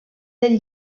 del